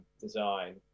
design